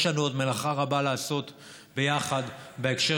יש לנו עוד מלאכה רבה לעשות ביחד בהקשר